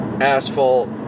Asphalt